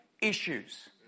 issues